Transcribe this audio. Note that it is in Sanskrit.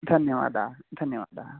धन्यवादाः धन्यवादाः